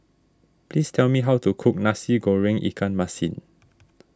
please tell me how to cook Nasi Goreng Ikan Masin